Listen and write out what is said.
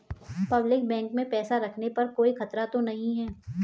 Public bank में पैसा रखने पर कोई खतरा तो नहीं है?